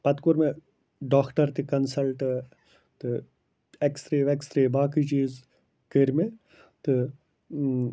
پَتہٕ کوٚر مےٚ ڈاکٹَر تہٕ کَنسَلٹ تہٕ اٮ۪کٕس رے وٮ۪کٕس رے باقٕے چیٖز کٔرۍ مےٚ تہٕ